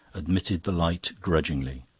admitted the light grudgingly